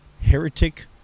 Heretic